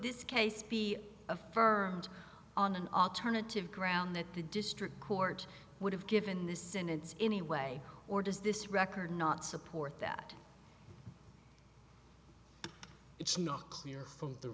this case be affirmed on an alternative ground that the district court would have given this sentence anyway or does this record not support that it's not clear from the